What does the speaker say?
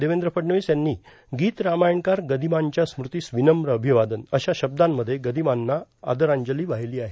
देवेंद्र फडणवीस यांनी गीत रामायणकार गदिमांच्या स्मृतीस विनम्र अभिवादन अशा शब्दांमध्ये गदिमांना आदरांजली वाहिली आहे